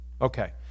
okay